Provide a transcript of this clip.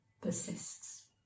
persists